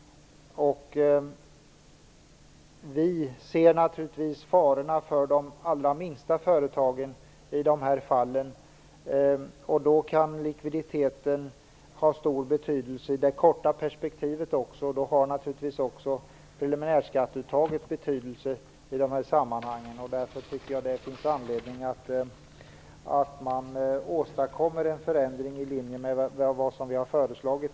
Vi ser naturligtvis farorna för de allra minsta företagen i dessa fall. Där kan likviditeten ha stor betydelse i det korta perspektivet också. Då har naturligtvis även preliminärskatteuttaget betydelse. Därför tycker jag att det finns anledning att åstadkomma en förändring i linje med det vi har föreslagit.